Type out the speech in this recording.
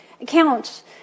Accounts